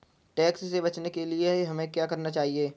Tax से बचने के लिए हमें क्या करना चाहिए?